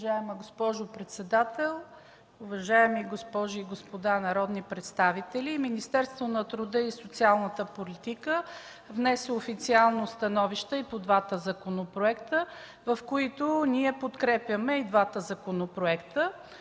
Уважаема госпожо председател, уважаеми госпожи и господа народни представители! Министерството на труда и социалната политика внесе официално становища и по двата законопроекта. Ние подкрепяме и двата законопроекта.